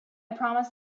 promised